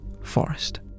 forest